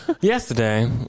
Yesterday